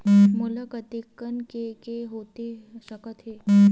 मोला कतेक के के हो सकत हे?